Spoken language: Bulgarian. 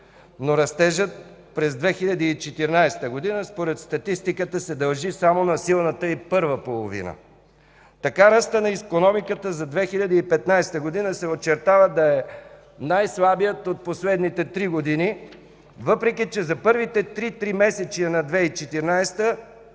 Но растежът през 2014 г. се дължи само на силната й първа половина. Така ръстът на икономиката за 2015 г. се очертава да е най-слабият от последните 3 години, въпреки че за първите три тримесечия на 2014 г.